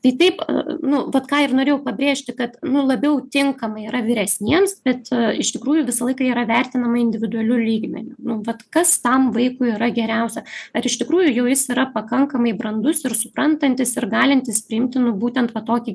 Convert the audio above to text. tai taip nu vat ką ir norėjau pabrėžti kad nu labiau tinkama yra vyresniems bet iš tikrųjų visą laiką yra vertinama individualiu lygmeniu nu vat kas tam vaikui yra geriausia ar iš tikrųjų jau jis yra pakankamai brandus ir suprantantis ir galintis priimti nu būtent va tokį